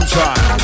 time